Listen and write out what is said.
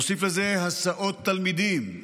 נוסיף לזה הסעות תלמידים,